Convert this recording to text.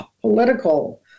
political